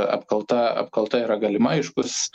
apkalta apkalta yra galima aiškus